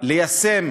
ליישם